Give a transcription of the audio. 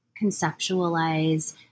conceptualize